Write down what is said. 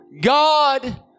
God